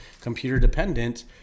computer-dependent